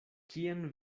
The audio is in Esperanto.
kien